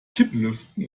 kipplüften